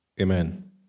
Amen